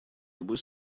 любой